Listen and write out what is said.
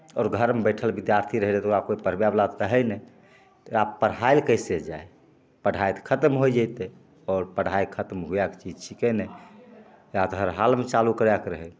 आओर घरमे बैठल विद्यार्थी रहै तऽ ओकरा कोइ पढ़बैवला तऽ रहै नहि तऽ आब पढ़ाएल कइसे जाइ पढ़ाइ तऽ खतम हो जएतै आओर पढ़ाइ खतम हुएके चीज छिकै नहि एकरा तऽ हर हालमे चालू करैके रहै